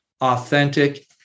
authentic